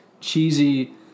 cheesy